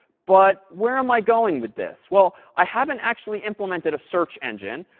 but where am i going with this? well, i haven't actually implemented a search engine.